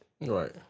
Right